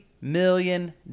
million